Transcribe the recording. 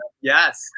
Yes